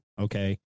okay